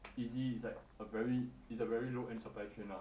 easy it's like a very it's a very low end supply chain lah